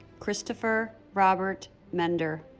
christopher robert mender